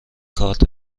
کارت